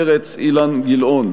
מרצ: אילן גילאון.